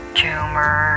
tumor